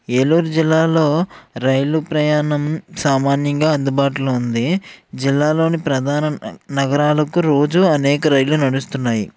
ఏలూరు జిల్లాలో రైలు ప్రయాణం సామాన్యంగా అందుబాటులో ఉంది జిల్లాలోని ప్రధాన నగరాలకు రోజు అనేక రైళ్ళు నడుస్తున్నాయి